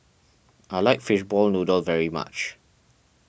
I like Fishball Noodle very much